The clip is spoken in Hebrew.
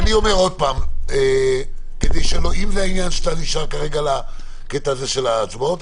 אם אתה נשאר לקטע של ההצבעות,